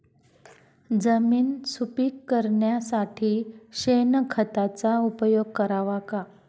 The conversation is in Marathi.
जमीन सुपीक करण्यासाठी शेणखताचा उपयोग करावा का?